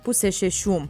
pusės šešių